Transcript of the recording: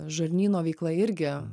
žarnyno veikla irgi